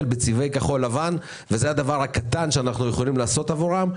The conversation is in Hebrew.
בצבעי כחול לבן וזה הדבר הקטן שאנו יכולים לעשות עבורם.